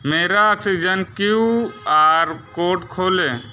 मेरा oxygen Q R code खोलें